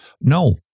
no